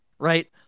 Right